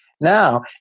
Now